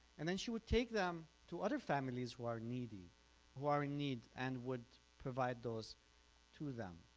and then she would take them to other families who are needy who are in need and would provide those to them.